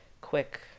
quick